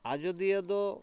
ᱟᱡᱚᱫᱤᱭᱟᱹ ᱫᱚ